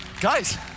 Guys